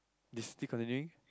you still continuing